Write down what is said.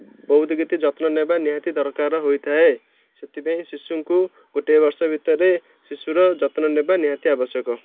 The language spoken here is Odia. ବହୁତ କିଛି ଯତ୍ନ ନେବା ନିହାତି ଦରକାର ହୋଇଥାଏ ସେଥିପାଇଁ ଶିଶୁଙ୍କୁ ଗୋଟେ ବର୍ଷ ଭିତରେ ଶିଶୁର ଯତ୍ନ ନେବା ନିହାତି ଆବଶ୍ୟକ